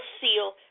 seal